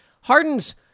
Harden's